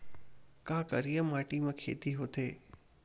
का करिया माटी म खेती होथे?